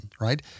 right